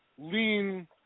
lean